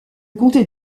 comté